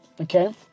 okay